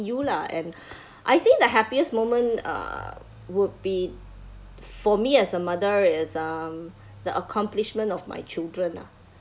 you lah and I think the happiest moment uh would be for me as a mother is um the accomplishment of my children lah